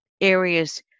areas